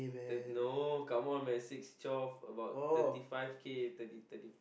thir~ no come on man six twelve about thirty five K thirty thirty